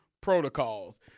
protocols